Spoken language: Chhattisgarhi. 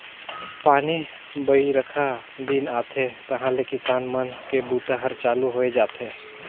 पानी बाईरखा दिन आथे तहाँले किसान मन के बूता हर चालू होए जाथे